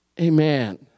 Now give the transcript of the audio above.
Amen